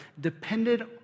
depended